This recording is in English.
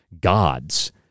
gods